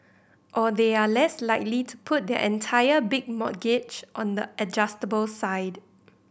or they are less likely to put their entire big mortgage on the adjustable side